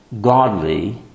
godly